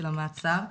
של המעצר.